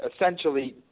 essentially